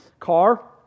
car